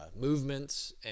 movements